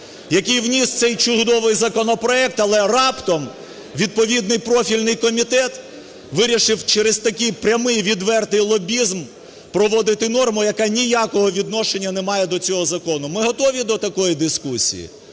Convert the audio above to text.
який вніс цей чудовий законопроект, але раптом відповідний профільний комітет вирішив через такий прямий, відвертий лобізм проводити норму, яка ніякого відношення не має до цього закону. Ми готові до такої дискусії?